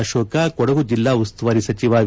ಅಶೋಕ್ ಕೊಡಗು ಜಿಲ್ಲಾ ಉಸ್ತುವಾರಿ ಸಚಿವ ವಿ